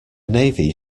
navy